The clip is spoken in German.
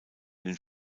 den